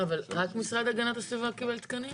לא, רק אבל רק משרד להגנת הסביבה קיבל תקנים?